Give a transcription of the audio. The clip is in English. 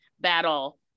battle